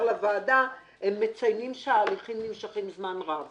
לוועדה מציינים שההליכים נמשכים זמן רב